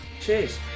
Cheers